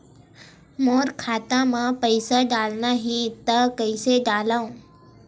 मोर खाता म पईसा डालना हे त कइसे डालव?